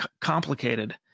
complicated